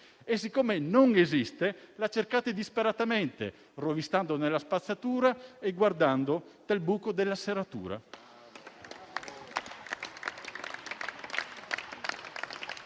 e, siccome non esiste, la cercate disperatamente, rovistando nella spazzatura e guardando dal buco della serratura.